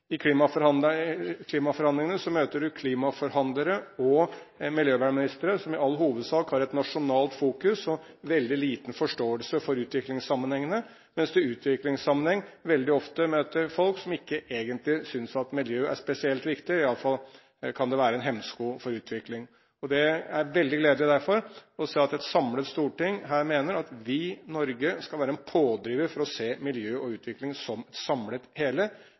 verdener. I klimaforhandlingene møter du klimaforhandlere og miljøvernministre som i all hovedsak har et nasjonalt fokus og veldig liten forståelse for utviklingssammenhengene, mens du i utviklingssammenheng veldig ofte møter folk som ikke egentlig synes at miljøet er spesielt viktig, i alle fall kan det være en hemsko for utvikling. Det er derfor veldig gledelig at et samlet storting her mener at Norge skal være en pådriver for å se miljø og utvikling som et samlet hele.